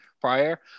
prior